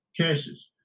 cases